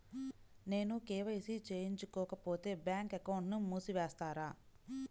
నేను కే.వై.సి చేయించుకోకపోతే బ్యాంక్ అకౌంట్ను మూసివేస్తారా?